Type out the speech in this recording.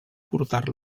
portar